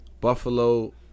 Buffalo